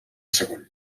segon